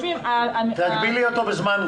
תגבילי אותו בזמן,